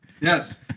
Yes